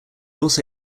also